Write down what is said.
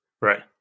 Right